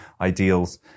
ideals